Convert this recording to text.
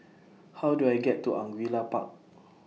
How Do I get to Angullia Park